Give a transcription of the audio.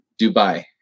Dubai